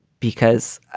because,